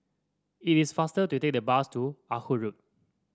it is faster to take the bus to Ah Hood Road